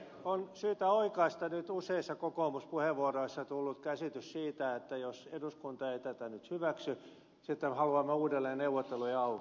on syytä oikaista nyt useissa kokoomuspuheenvuoroissa tullut käsitys siitä että jos eduskunta ei tätä nyt hyväksy sitten me haluamme uudelleen neuvotteluja auki